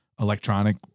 electronic